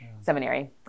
Seminary